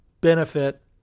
benefit